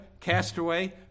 castaway